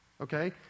okay